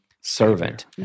servant